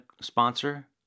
sponsor